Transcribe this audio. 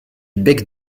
bec